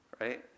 right